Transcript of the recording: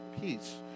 peace